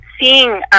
seeing